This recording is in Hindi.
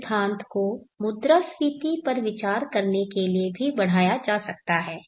इस सिद्धांत को मुद्रास्फीति पर विचार करने के लिए भी बढ़ाया जा सकता है